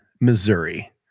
Missouri